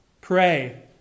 pray